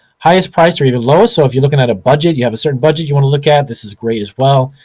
highest price or even lowest. so if you're looking at a budget, you have a certain budget you want to look at, this is great as well.